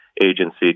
agency